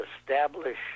establish